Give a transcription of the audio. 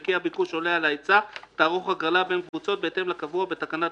וכי הביקוש עולה על ההיצע תערוך הגרלה בין הקבוצות בהתאם לקבוע בתקנת